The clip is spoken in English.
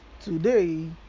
Today